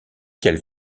qu’elle